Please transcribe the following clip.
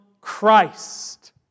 Christ